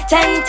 Ten